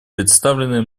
представленные